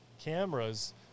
cameras